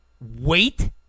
wait